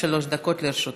עד שלוש דקות לרשותך.